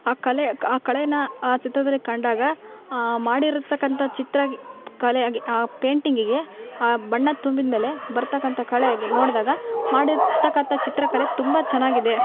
ಆ ಕಲೆ ಆ ಖಳೆಯನ್ನು ಆ ಚಿತ್ರದಲ್ಲಿ ಕಂಡಾಗ ಮಾಡಿರ್ತಕ್ಕಂಥ ಚಿತ್ರ ಗಿ ಕಲೆಯಾಗಿ ಪೇಂಟಿಂಗಿಗೆ ಆ ಬಣ್ಣ ತುಂಬಿದ ಮೇಲೆ ಬರ್ತಕ್ಕಂಥ ಖಳೆಯಾಗಿ ನೋಡ್ದಾಗ ಮಾಡಿರ್ತಕ್ಕಂಥ ಚಿತ್ರಕಲೆ ತುಂಬಾ ಚೆನ್ನಾಗಿದೆ